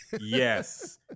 Yes